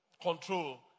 control